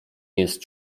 jest